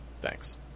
thanks